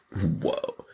Whoa